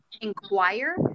inquire